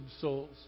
souls